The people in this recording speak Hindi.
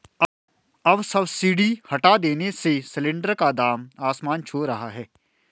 अब सब्सिडी हटा देने से सिलेंडर का दाम आसमान छू रहा है